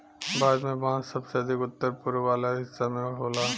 भारत में बांस सबसे अधिका उत्तर पूरब वाला हिस्सा में होला